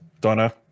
Donna